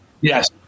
yes